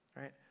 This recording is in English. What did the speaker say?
right